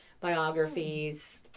Biographies